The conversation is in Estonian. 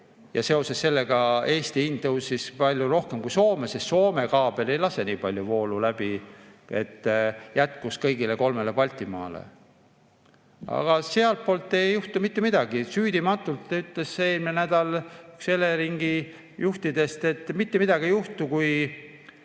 ja seoses sellega Eesti hind tõusis palju rohkem kui Soomes. Soome kaabel ei lase nii palju voolu läbi, et jätkuks kõigile kolmele Baltimaale. Aga sealtpoolt ei juhtu mitte midagi. Süüdimatult ütles eelmine nädal üks Eleringi juhtidest, et mitte midagi ei juhtu, kui